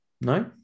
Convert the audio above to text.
No